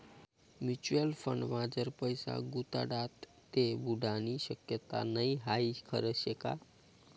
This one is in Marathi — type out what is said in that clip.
म्युच्युअल फंडमा जर पैसा गुताडात ते बुडानी शक्यता नै हाई खरं शेका?